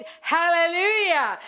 hallelujah